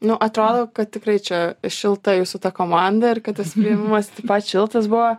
nu atrodo kad tikrai čia šilta jūsų ta komanda ir kad tas priėmimas taip pat šiltas buvo